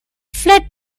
fled